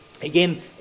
Again